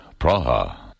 Praha